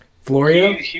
Florio